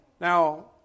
Now